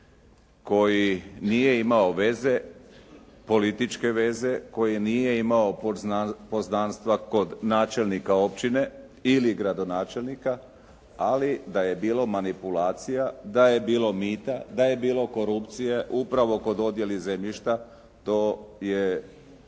koji nije imao veze, političke veze, koji nije imao poznanstva kod načelnika općine ili gradonačelnika. Ali da je bilo manipulacija, da je bilo mita, da je bilo korupcije upravo kod dodjeli zemljišta to je